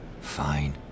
Fine